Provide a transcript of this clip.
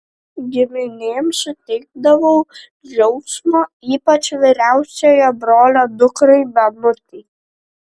giminėm suteikdavau džiaugsmo ypač vyriausiojo brolio dukrai benutei